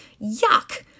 Yuck